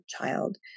child